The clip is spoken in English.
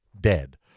dead